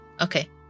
Okay